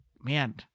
man